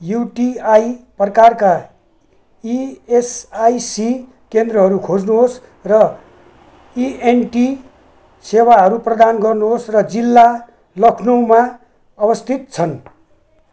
UTI प्रकारका ESIC केन्द्रहरू खोज्नुहोस् र इएनटी सेवाहरू प्रदान गर्नुहोस् र जिल्ला लखनउमा अवस्थित छन्